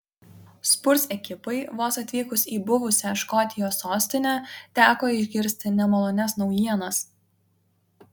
spurs ekipai vos atvykus į buvusią škotijos sostinę teko išgirsti nemalonias naujienas